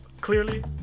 clearly